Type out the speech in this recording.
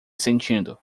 sentindo